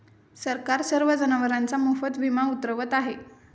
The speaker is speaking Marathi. सरकार सर्व जनावरांचा मोफत विमा उतरवत आहे